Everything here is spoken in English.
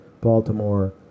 Baltimore